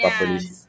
Yes